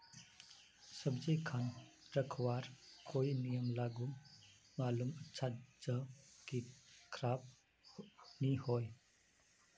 सब्जी खान रखवार कोई नियम मालूम अच्छा ज की खराब नि होय?